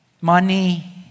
Money